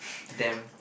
them